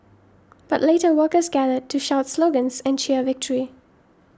but later workers gathered to shout slogans and cheer victory